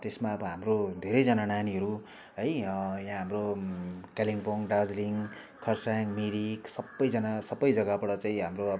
त्यसमा अब हाम्रो धेरैजना नानीहरू है यहाँ हाम्रो कालिम्पोङ दार्जिलिङ खरसाङ मिरिक सबैजना सबै जग्गाबाट चाहिँ हाम्रो अब